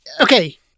Okay